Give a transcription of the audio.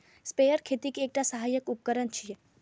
sprayer खेती के एकटा सहायक उपकरण छियै